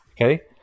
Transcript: Okay